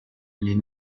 les